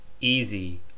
Easy